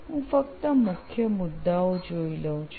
હું ફક્ત મુખ્ય મુદ્દાઓ જોઈ લઉં છું